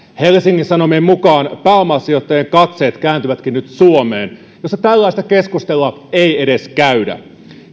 helsingin sanomien mukaan pääomasijoittajien katseet kääntyvätkin nyt suomeen jossa tällaista keskustelua ei edes käydä